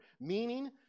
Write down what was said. Meaning